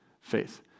faith